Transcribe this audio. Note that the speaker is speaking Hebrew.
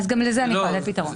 גם לזה אני יכולה לתת פתרון.